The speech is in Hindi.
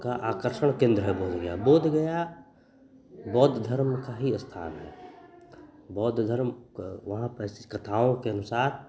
का आकर्षण केन्द्र है बोधगया बोधगया बौद्ध धरम का ही अस्थान है बौद्ध धरम का वहाँ की कथाओं के अनुसार